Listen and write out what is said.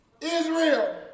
Israel